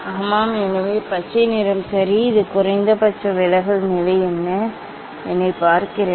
ஆமாம் எனவே பச்சை நிறம் சரி இது குறைந்தபட்ச விலகல் நிலை என்னைப் பார்க்கிறது